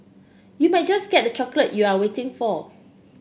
you might just get that chocolate you are waiting for